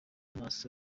n’amaso